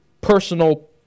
personal